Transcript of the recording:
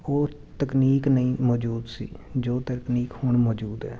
ਉਹ ਤਕਨੀਕ ਨਹੀਂ ਮੌਜੂਦ ਸੀ ਜੋ ਤਕਨੀਕ ਹੁਣ ਮੌਜੂਦ ਆ